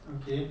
okay